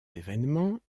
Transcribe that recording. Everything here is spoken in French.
événements